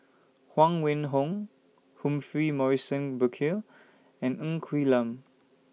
Huang Wenhong Humphrey Morrison Burkill and Ng Quee Lam